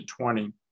20